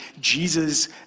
Jesus